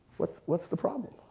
what's what's the problem?